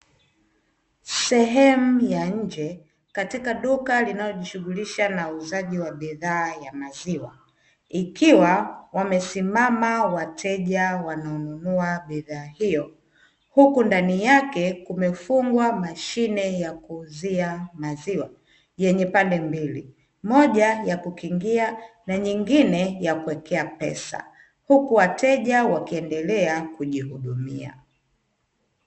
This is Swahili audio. Sehemu ya nje katika duka linalojishughulisha na uuzaji wa bidhaa ya maziwa ikiwa wamesimama wateja wananunua bidhaa hiyo; huku ndani yake kumefungwa mashine ya kuuzia maziwa yenye pande mbili, moja ya kukingia na nyingine ya kuwekea pesa huku wateja wakiendelea kujihudumia.